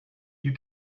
you